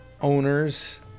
owners